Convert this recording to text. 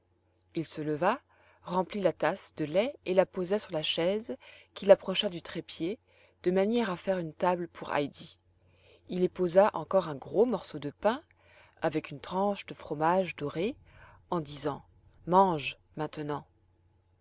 il se leva remplit la tasse de lait et la posa sur la chaise qu'il approcha du trépied de manière à faire une table pour heidi il y posa encore un gros morceau de pain avec une tranche de fromage doré en disant mange maintenant